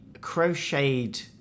crocheted